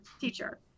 teacher